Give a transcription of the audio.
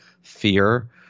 fear